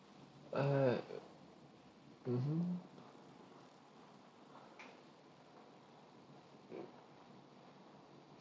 uh mmhmm